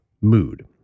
mood